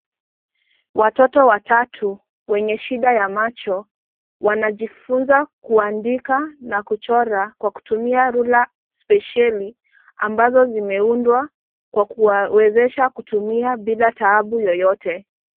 Watoto watatu wenye shida ya macho wanajifunza kuandika na kuchora kwa kutumia rula spesheli ambazo zimeundwa kwa kuwawezesha kutumia bila taabu yoyote.